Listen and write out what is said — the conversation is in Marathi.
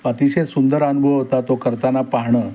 अतिशय सुंदर अनुभव होता तो करताना पाहणं